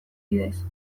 bidez